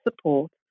support